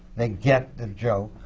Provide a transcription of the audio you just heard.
they get the joke.